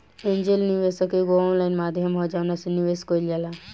angel निवेशक एगो online माध्यम ह जवना से निवेश कईल जाला